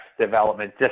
development